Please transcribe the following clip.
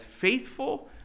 faithful